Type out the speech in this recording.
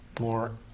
more